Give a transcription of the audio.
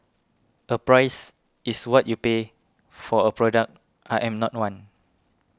a 'price' is what you pay for a product I am not one